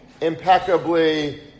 impeccably